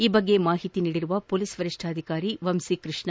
ಈ ಬಗ್ಗೆ ಮಾಹಿತಿ ನೀಡಿರುವ ಪೊಲೀಸ್ ವರಿಷ್ಠಾಧಿಕಾರಿ ವಂಸಿ ಕೃಷ್ಣ